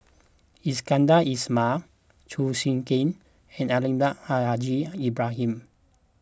Iskandar Ismail Chew Swee Kee and Almahdi Al Haj Ibrahim